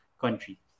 country